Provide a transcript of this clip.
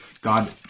God